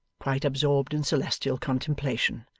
quite absorbed in celestial contemplation.